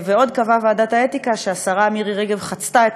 ועוד קבעה ועדת האתיקה שהשרה מירי רגב חצתה את